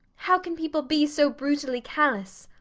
how can people be so brutally callous?